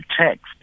text